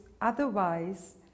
otherwise